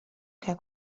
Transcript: que